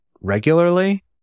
regularly